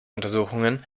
untersuchungen